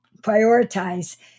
prioritize